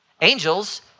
Angels